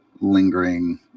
lingering